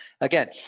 again